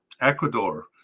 Ecuador